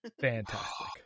Fantastic